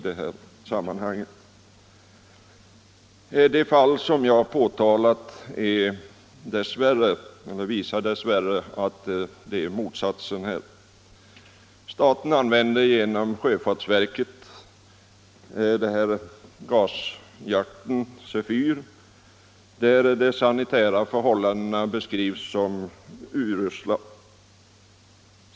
Det fall som jag påtalat visar dess värre att motsatsen är fallet. Staten använder genom sjöfartsverket det här fartyget Sefyr, där de sanitära förhållandena beskrivs som urusla.